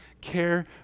care